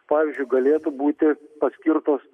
pavyzdžiui galėtų būti paskirtos